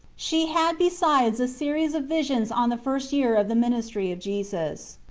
she had besides a series of visions on the first year of the ministry of jesus,